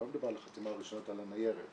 לא מדבר על חתימה ראשונית על הניירת,